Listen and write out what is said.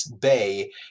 bay